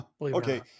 okay